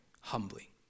humbly